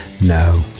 No